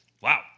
Wow